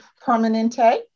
Permanente